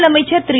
முதலமைச்சர் திரு